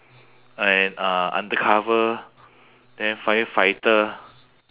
and uh undercover then firefighter